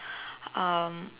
um